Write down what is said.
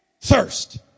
thirst